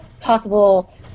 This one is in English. possible